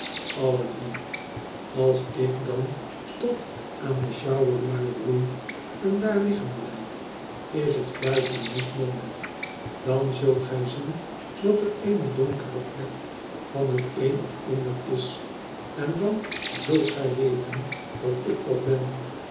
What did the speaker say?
alledrie als ik dan tot aan de sjouwerlui roei en daar liggen blijf is het fluiten niet noodig dan zult gij zien dat er eene donkere plek van het een of ander is en dan zult gij weten dat ik dat ben